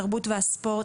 התרבות והספורט,